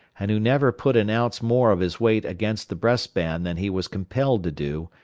and who never put an ounce more of his weight against the breast-band than he was compelled to do,